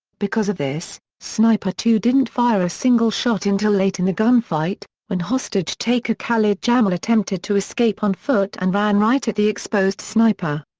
because of this, sniper two didn't fire a single shot until late in the gunfight, when hostage-taker khalid jamal attempted to escape on foot and ran right at the exposed sniper.